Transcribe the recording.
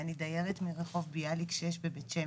ואני דיירת מרחוב ביאליק 6 בבית שמש.